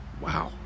Wow